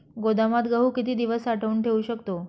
गोदामात गहू किती दिवस साठवून ठेवू शकतो?